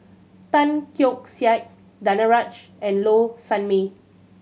Tan Keong Saik Danaraj and Low Sanmay